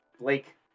Blake